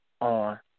on